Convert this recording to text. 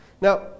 Now